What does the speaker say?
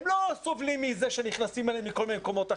הם לא סובלים מזה שנכנסים אליהם מכל מיני מקומות אחרים.